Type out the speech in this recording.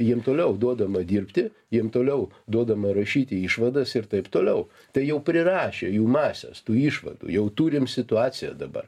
jiem toliau duodama dirbti jiem toliau duodama rašyti išvadas ir taip toliau tai jau prirašė jų mases tų išvadų jau turim situaciją dabar